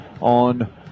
on